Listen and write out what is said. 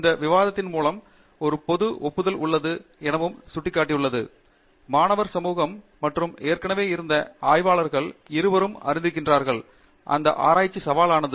இந்த விவாதத்தின் மூலம் ஒரு பொது ஒப்புதல் உள்ளது எனவும் சுட்டிக்காட்டியுள்ளது மாணவர் சமூகத்தில் இருவரும் ஏற்கனவே ஆய்வாளர்கள் மற்றும் ஏற்கனவே இருந்தவர்கள் அறிந்திருக்கிறார்கள் அந்த ஆராய்ச்சி சவாலானது